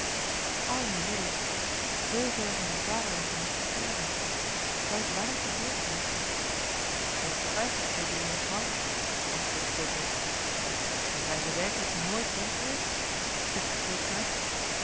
arme ridders zoover van uw vaderland te moeten sterven zou het waar gebeurd zijn ongetwijfeld edele jonkvrouw antwoordde fulco en zijn ze werkelijk nooit teruggekeerd vroeg de